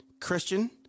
Christian